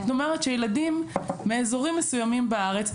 זאת אומרת שילדים מאזורים מסוימים בארץ,